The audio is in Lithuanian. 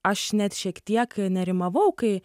aš net šiek tiek nerimavau kai